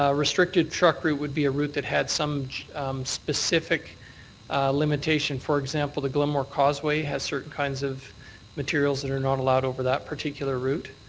ah restricted truck route would be a route that had some specific limitation, for example the glenmore causeway has certain kinds of material that are not allowed over that particular route.